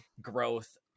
Growth